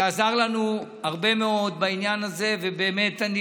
שעזר לנו הרבה מאוד בעניין הזה, ובאמת אני